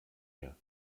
mehr